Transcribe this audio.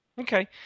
Okay